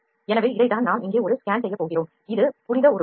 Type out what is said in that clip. எனவே இதை தான் நாம் இங்கே ஒரு ஸ்கேன் செய்யப் போகிறோம் இது புனித உருவம்